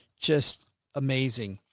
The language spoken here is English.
just amazing.